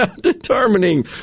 determining